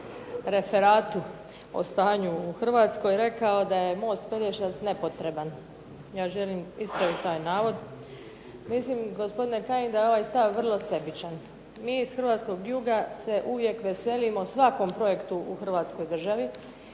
referatu o stanju u Hrvatskoj rekao da je most Pelješac nepotreban. Ja želim ispraviti taj navod. Mislim gospodine Kajin da je ovaj stav vrlo sebičan. Mi iz hrvatskog juga se uvijek veselimo svakom projektu u hrvatskoj državi,